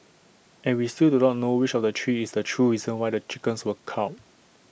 and we still do not know which of the three is the true reason why the chickens were culled